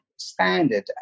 Standard